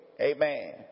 amen